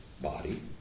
body